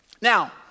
Now